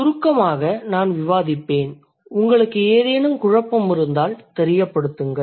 சுருக்கமாக நான் விவாதிப்பேன் உங்களுக்கு ஏதேனும் குழப்பம் இருந்தால் தெரியப்படுத்துங்கள்